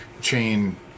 chain